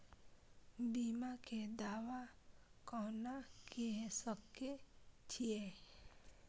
बीमा के दावा कोना के सके छिऐ?